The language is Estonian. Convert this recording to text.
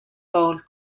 poolt